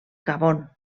gabon